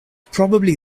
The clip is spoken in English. probably